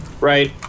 right